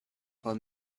want